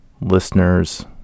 listeners